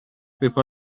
paper